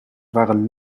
waren